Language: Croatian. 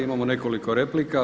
Imamo nekoliko replika.